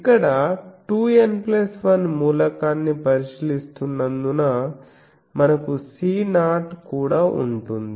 ఇక్కడ 2N1 మూలకాన్ని పరిశీలిస్తున్నందున మనకు C0 కూడా ఉంటుంది